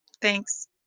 Thanks